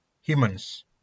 humans